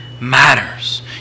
matters